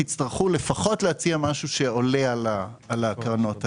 תצטרכו לפחות להציע משהו שעולה על הקרנות האלה.